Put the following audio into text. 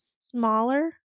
smaller